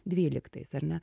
dvyliktais ar ne